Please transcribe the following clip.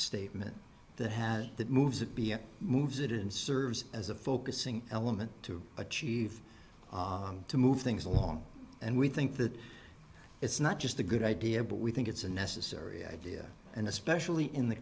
statement that has that moves it be it moves it in serves as a focusing element to achieve to move things along and we think that it's not just a good idea but we think it's a necessary idea and especially in the